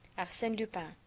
arsene lupin,